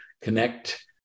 connect